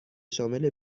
شامل